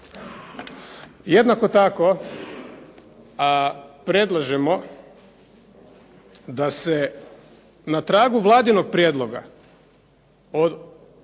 rješenje. Predlažemo da se na tragu Vladinog prijedloga o